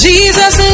Jesus